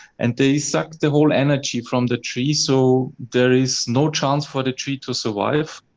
and they suck the whole energy from the tree so there is no chance for the tree to survive.